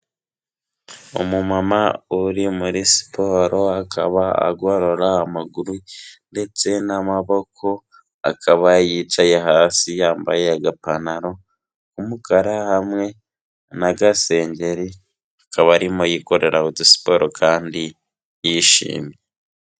Umu mama uri muri siporo akaba agorora amaguru ndetse n'amaboko akaba yicaye hasi yambaye agapantaro k'umukara hamwe n’agasengeri akaba arimo yikorera udusiporo kandi yishimye.